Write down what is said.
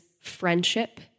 friendship